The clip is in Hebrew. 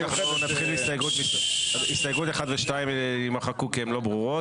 הסתייגות 1 ו-2 יימחקו כי הן לא ברורות,